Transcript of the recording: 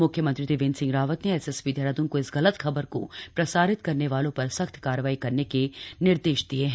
म्ख्यमंत्री त्रिवेन्द्र सिंह रावत ने एसएसपी देहरादून को इस गलत खबर को प्रसारित करने वालों पर सख्त कार्रवाई करने के निर्देश दिये हैं